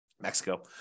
Mexico